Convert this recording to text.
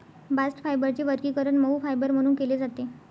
bast फायबरचे वर्गीकरण मऊ फायबर म्हणून केले जाते